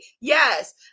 yes